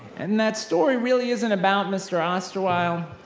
and that story really isn't about mr. osterwile,